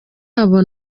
aba